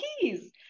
keys